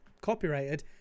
copyrighted